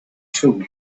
too